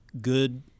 good